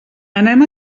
anem